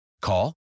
Call